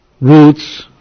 roots